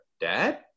Dad